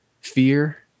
fear